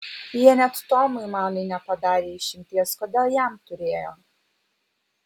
jie net tomui manui nepadarė išimties kodėl jam turėjo